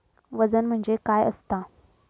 वजन म्हणजे काय असता?